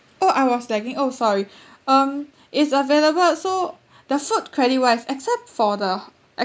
oh I was lagging oh sorry um it's available so the food credit wise except for the